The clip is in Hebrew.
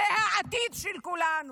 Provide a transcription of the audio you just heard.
זה העתיד של כולנו,